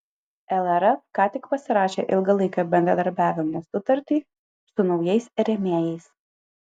lrf ką tik pasirašė ilgalaikio bendradarbiavimo sutartį su naujais rėmėjais